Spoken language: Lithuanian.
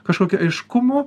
kažkokio aiškumo